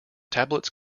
tablets